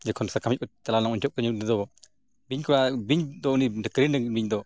ᱡᱚᱠᱷᱚᱱ ᱥᱟᱠᱟᱢ ᱦᱮᱡ ᱠᱚ ᱪᱟᱞᱟᱣ ᱞᱮᱱᱟ ᱩᱱ ᱡᱚᱦᱚᱜ ᱩᱱᱤ ᱫᱚ ᱵᱤᱧ ᱠᱚᱲᱟ ᱵᱤᱧ ᱫᱚ ᱩᱱᱤ ᱠᱟᱹᱨᱤᱱᱟᱹᱜᱤᱱ ᱵᱤᱧ ᱫᱚ